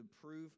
prove